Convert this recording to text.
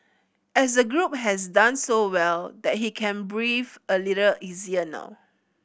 as the group has done so well that he can breathe a little easier now